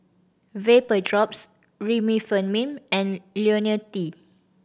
Vapodrops Remifemin and Ionil T